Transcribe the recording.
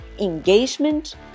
engagement